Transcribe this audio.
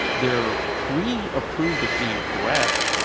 they're pre-approved as being correct.